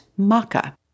maca